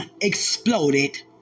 exploded